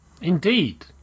Indeed